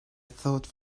thought